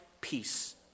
Peace